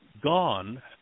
gone